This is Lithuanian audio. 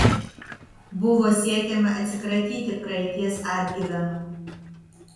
buvo siekiama atsikratyti praeities atgyvenų